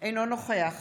אינו נוכח